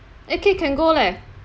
actually can go leh